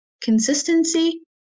consistency